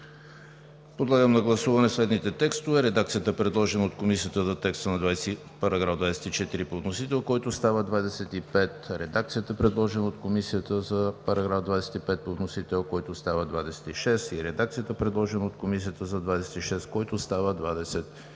Подлагам на гласуване следните текстове: редакцията, предложена от Комисията за текста на § 24 по вносител, който става § 25; редакцията, предложена от Комисията за § 25 по вносител, който става § 26; и редакцията, предложена от Комисията за § 26, който става §